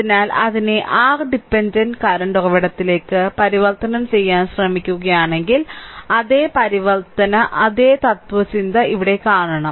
അതിനാൽ അതിനെ r dependent current ഉറവിടത്തിലേക്ക് പരിവർത്തനം ചെയ്യാൻ ശ്രമിക്കുകയാണെങ്കിൽ അതേ പരിവർത്തന അതേ തത്ത്വചിന്ത ഇവിടെ കാണണം